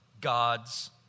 God's